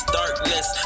darkness